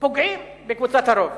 ופוגעים בקבוצת הרוב.